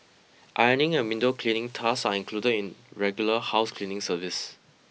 ironing and window cleaning tasks are included in regular house cleaning service